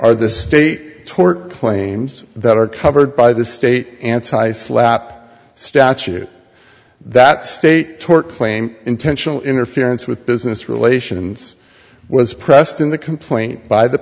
are the state tort claims that are covered by the state anti slavery staff that state tort claim intentional interference with business relations was pressed in the complaint by the